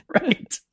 right